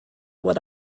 what